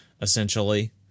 essentially